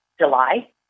July